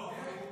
יהיה.